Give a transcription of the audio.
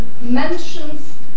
mentions